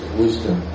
wisdom